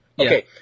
Okay